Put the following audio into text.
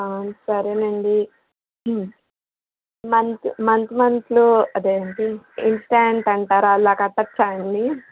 సరేనండీ month month month లో అదేంటి ఇంస్టెంట్ అంటారు అలా కట్టచ్చా అండీ